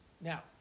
Now